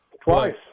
Twice